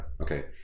okay